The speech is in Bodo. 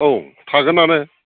औ थागोनानो